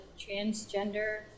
transgender